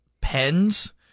pens